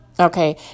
Okay